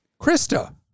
Krista